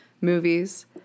movies